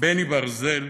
בני ברזל,